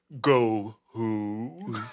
Go-who